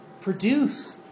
produce